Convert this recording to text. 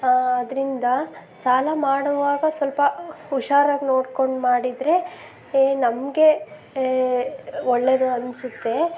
ಅದರಿಂದ ಸಾಲ ಮಾಡೋವಾಗ ಸ್ವಲ್ಪ ಹುಷಾರಾಗಿ ನೋಡ್ಕೊಂಡು ಮಾಡಿದರೆ ನಮಗೆ ಒಳ್ಳೆಯದು ಅನ್ನಿಸುತ್ತೆ